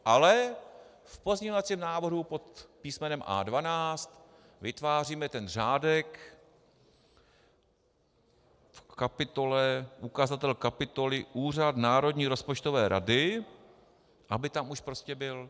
Ale v pozměňovacím návrhu pod písmenem A12 vytváříme ten řádek ukazatel kapitoly Úřad národní rozpočtové rady aby tam už prostě byl.